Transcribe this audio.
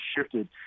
shifted